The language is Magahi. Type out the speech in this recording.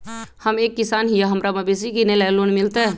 हम एक किसान हिए हमरा मवेसी किनैले लोन मिलतै?